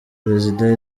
perezida